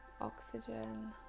oxygen